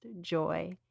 joy